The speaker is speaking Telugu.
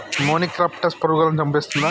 మొనిక్రప్టస్ పురుగులను చంపేస్తుందా?